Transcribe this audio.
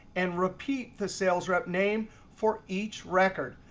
and repeat the sales rep name for each record.